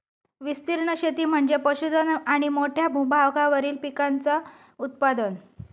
विस्तीर्ण शेती म्हणजे पशुधन आणि मोठ्या भूभागावरील पिकांचे उत्पादन